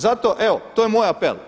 Zato evo, to je moj apel.